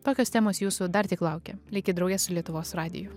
tokios temos jūsų dar tik laukia likit drauge su lietuvos radiju